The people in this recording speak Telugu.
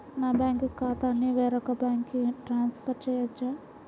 నా బ్యాంక్ ఖాతాని వేరొక బ్యాంక్కి ట్రాన్స్ఫర్ చేయొచ్చా?